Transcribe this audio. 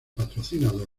patrocinador